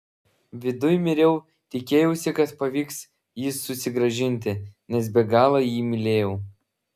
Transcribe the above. viduj miriau tikėjausi kad pavyks jį susigrąžinti nes be galo jį mylėjau